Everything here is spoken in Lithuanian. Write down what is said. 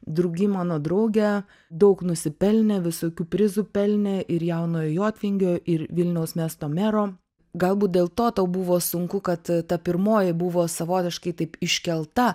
drugį mano drauge daug nusipelnė visokių prizų pelnė ir jaunojo jotvingio ir vilniaus miesto mero galbūt dėl to tau buvo sunku kad ta pirmoji buvo savotiškai taip iškelta